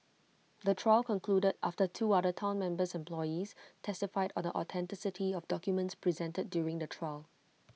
the trial concluded after two other Town members employees testified or the authenticity of documents presented during the trial